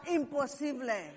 imposible